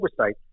oversight